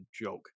joke